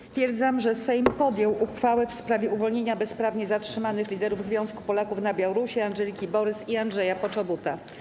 Stwierdzam, że Sejm podjął uchwałę w sprawie uwolnienia bezprawnie zatrzymanych liderów Związku Polaków na Białorusi Andżeliki Borys i Andrzeja Poczobuta.